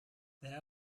there